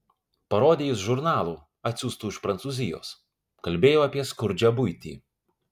parodė jis žurnalų atsiųstų iš prancūzijos kalbėjo apie skurdžią buitį